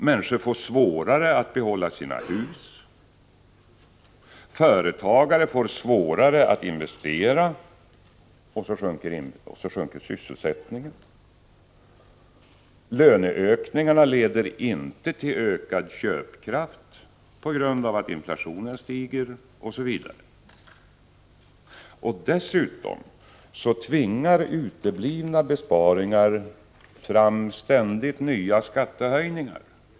Människor får svårare att behålla sina hus, företagare får svårare att investera, och därmed sjunker sysselsättningen. Löneökningarna leder inte till ökad köpkraft, eftersom inflationen stiger osv. Dessutom tvingar den politik där besparingar uteblir fram ständigt nya skattehöjningar.